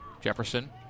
Jefferson